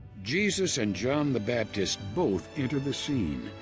jesus and john the baptist both enter the scene,